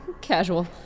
Casual